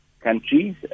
countries